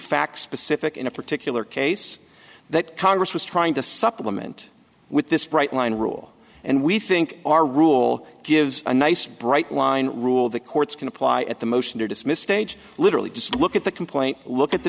fact specific in a particular case that congress was trying to supplement with this bright line rule and we think our rule gives a nice bright line rule the courts can apply at the motion to dismiss stage literally just look at the complaint look at the